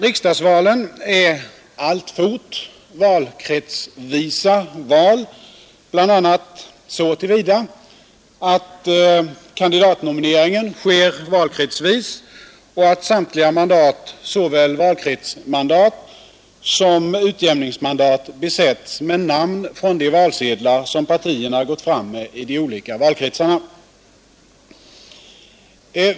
Riksdagsvalen sker alltfort valkretsvis, bl.a. så till vida att kandidatnomineringen görs valkretsvis och att samtliga mandat, såväl valkretsmandat som utjämningsmandat, besätts med namn från de valsedlar som partierna gått fram med i de olika valkretsarna.